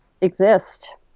exist